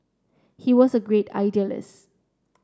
he was a great idealist